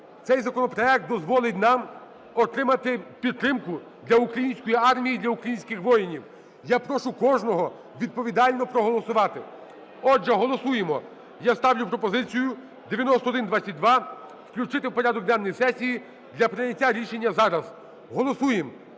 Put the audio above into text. цей законопроект дозволить нам отримати підтримку для української армії, для українських воїнів. Я прошу кожного відповідально проголосувати. Отже, голосуємо. Я ставлю пропозицію 9122 включити в порядок денний сесії для прийняття рішення зараз. Голосуємо.